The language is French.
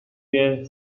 guerre